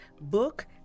book